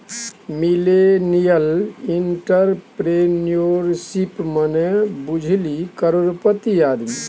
millennial entrepreneurship मने बुझली करोड़पति आदमी